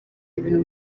ibintu